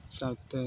ᱥᱟᱶᱛᱮ